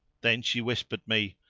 then she whispered me,